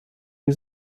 die